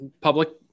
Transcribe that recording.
public